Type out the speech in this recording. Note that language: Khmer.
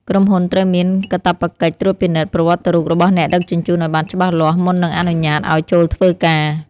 ក្រុមហ៊ុនត្រូវមានកាតព្វកិច្ចត្រួតពិនិត្យប្រវត្តិរូបរបស់អ្នកដឹកជញ្ជូនឱ្យបានច្បាស់លាស់មុននឹងអនុញ្ញាតឱ្យចូលធ្វើការ។